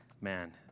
Man